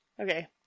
Okay